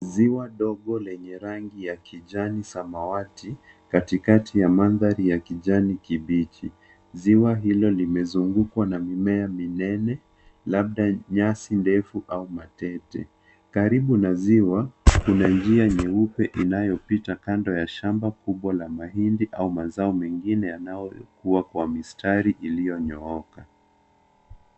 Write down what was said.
Ziwa dogo lenye rangi ya kijani samawati katikati ya mandhari ya kijani kibichi. Ziwa hilo limezungukwa na mimea minene, labda nyasi ndefu au matete . Karibu na ziwa, kuna njia nyeupe inayopita kando ya shamba kubwa la mahindi au mazao mengine yanayokua kwa mistari iliyonyooka.